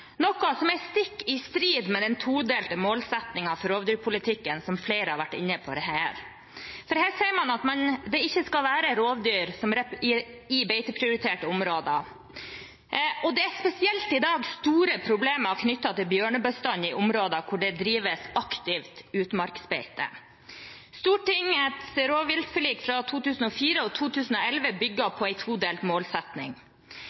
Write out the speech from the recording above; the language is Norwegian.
noe som er stikk i strid med den todelte målsettingen for rovdyrpolitikken, som flere har vært inne på her, for her sier man at det ikke skal være rovdyr i beiteprioriterte områder. Det er i dag spesielt store problemer knyttet til bjørnebestanden i områder hvor det drives aktivt utmarksbeite. Stortingets rovviltforlik fra 2004 og 2011